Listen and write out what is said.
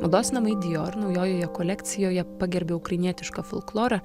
mados namai dijor naujojoje kolekcijoje pagerbia ukrainietišką folklorą